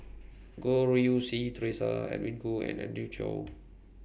Goh Rui Si Theresa Edwin Koo and Andrew Chew